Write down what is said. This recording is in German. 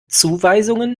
zuweisungen